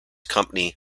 company